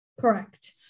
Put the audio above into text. Correct